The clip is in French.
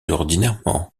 ordinairement